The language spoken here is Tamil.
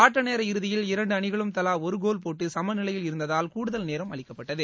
ஆட்ட நோ இறதியில் இரண்டு அணிகளும் தலா ஒரு கோல் போட்டு சம நிலையில் இருந்ததால் கூடுதல் நேரம் அளிக்கப்பட்டது